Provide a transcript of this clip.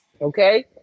Okay